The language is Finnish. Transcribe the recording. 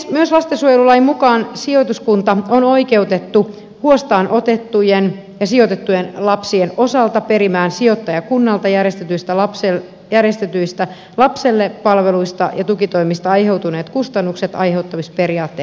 myös lastensuojelulain mukaan sijoituskunta on oikeutettu huostaan otettujen ja sijoitettujen lapsien osalta perimään sijoittajakunnalta lapselle järjestetyistä palveluista ja tukitoimista aiheutuneet kustannukset aiheuttamisperiaatteen mukaan